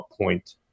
point